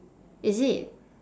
is it